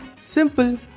Simple